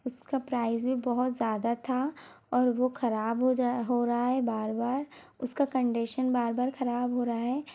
उसका प्राइज़ भी बहुत ज़्यादा था और वो खराब हो जाए हो रहा है बार बार उसका कंडिशन बार बार खराब हो रहा है